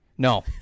No